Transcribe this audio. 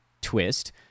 twist